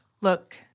look